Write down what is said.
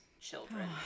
children